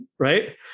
right